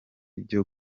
byo